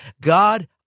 God